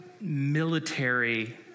military